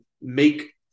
make